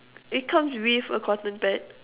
it comes with a cotton pad